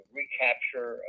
recapture